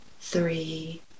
three